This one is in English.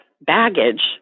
baggage